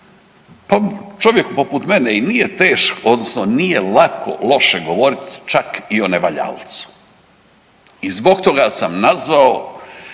pa čovjek poput mene i nije teško, odnosno nije lako loše govoriti, čak i o nevaljalcu. I zbog toga sam nazvao